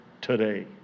today